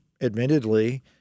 admittedly